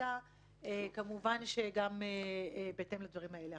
ההחלטה כמובן גם בהתאם לדברים האלה.